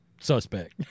suspect